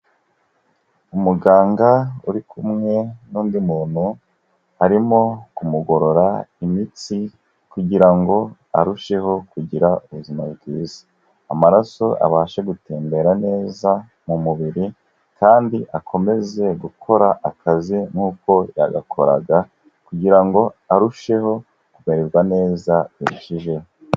Umuganga uri kumwe n'undi muntu arimo kumugorora imitsi kugira ngo arusheho kugira ubuzima bwiza, amaraso abashe gutembera neza mu mubiri kandi akomeze gukora akazi nk'uko yagakoraga kugira ngo arusheho kumerwa neza birushijeho.